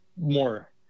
more